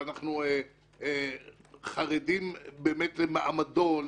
ואנחנו חרדים למעמדו,